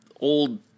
old